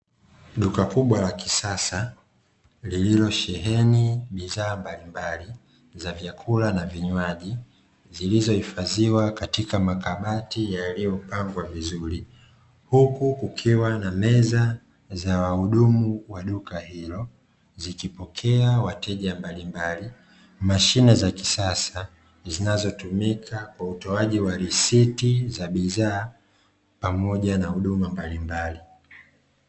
Duka kubwa la kisasa lililo sheheni bidhaa mbalimbali za vyakula na vinywaji zilizohifadhiwa katika makabati yaliyopangwa vizuri. Huku kukiwa na meza za wahudumu wa duka hilo, zikipokea wateja mbalimbali. Mashine za kisasa zinazotumika kwa utoaji wa risiti za bidhaa pamoja na huduma mbalimbali.